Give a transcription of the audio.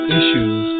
issues